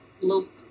look